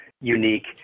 unique